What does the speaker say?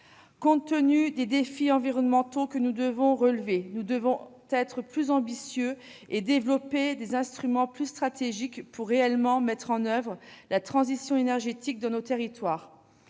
Compte tenu des défis environnementaux que nous devons relever, il nous faut être plus ambitieux et développer des instruments plus stratégiques pour mettre réellement en oeuvre la transition énergétique dans nos territoires.